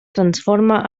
transforma